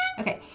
okay,